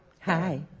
Hi